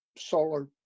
solar